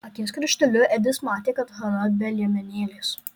akies krašteliu edis matė kad hana be liemenėlės